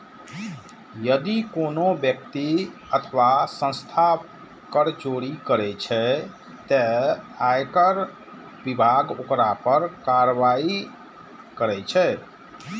यदि कोनो व्यक्ति अथवा संस्था कर चोरी करै छै, ते आयकर विभाग ओकरा पर कार्रवाई करै छै